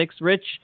Rich